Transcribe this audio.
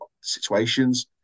situations